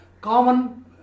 common